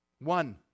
One